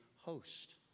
host